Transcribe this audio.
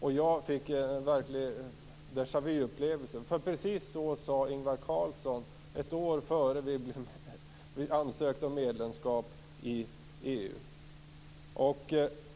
Jag fick en verklig deja vu-upplevelse, för precis så sade Ingvar Carlsson ett år innan vi ansökte om medlemskap i EU.